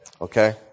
Okay